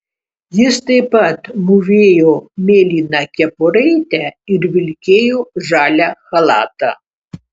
jis taip pat mūvėjo mėlyną kepuraitę ir vilkėjo žalią chalatą